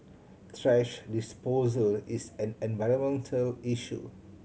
thrash disposal is an environmental issue